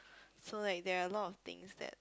so like there are a lot of things that